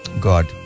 God